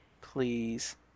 please